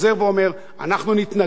אנחנו נתנגד לחוק הזה,